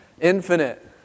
Infinite